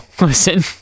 Listen